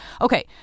Okay